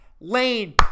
Lane